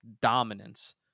dominance